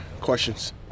Questions